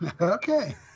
Okay